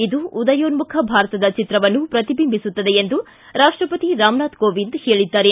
ಇದು ಉದಯೋನ್ಮುಖ ಭಾರತದ ಚಿತ್ರವನ್ನು ಪ್ರತಿಬಿಂಬಿಸುತ್ತದೆ ಎಂದು ರಾಷ್ಟಪತಿ ರಾಮನಾಥ್ ಕೋವಿಂದ್ ಹೇಳಿದ್ದಾರೆ